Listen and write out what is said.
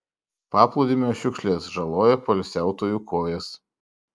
paplūdimio šiukšlės žaloja poilsiautojų kojas